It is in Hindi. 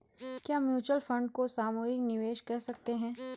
क्या म्यूच्यूअल फंड को सामूहिक निवेश कह सकते हैं?